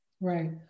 Right